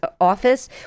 office